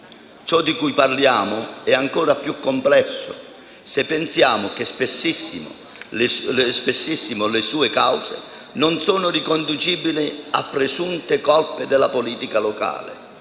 Ciò di cui parliamo è ancor più complesso se pensiamo che spessissimo le sue cause non sono riconducibili a presunte colpe della politica locale